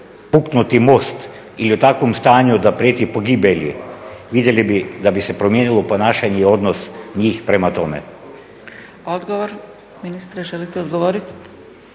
puknuti most ili u takvom stanju da prijeti pogibelji, vidjeli bi da bi se promijenilo ponašanje i odnos njih prema tome. **Zgrebec, Dragica (SDP)** Odgovor.